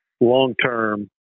long-term